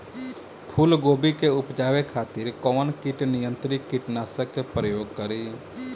फुलगोबि के उपजावे खातिर कौन कीट नियंत्री कीटनाशक के प्रयोग करी?